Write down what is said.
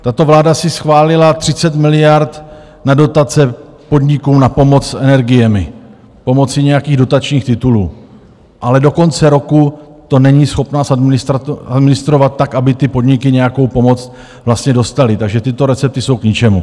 Tato vláda si schválila 30 miliard na dotace podnikům na pomoc s energiemi pomocí nějakých dotačních titulů, ale do konce roku to není schopna zadministrovat tak, aby ty podniky nějakou pomoc vlastně dostaly, takže tyto recepty jsou k ničemu.